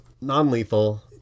Non-lethal